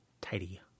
Tidy